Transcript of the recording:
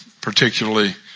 particularly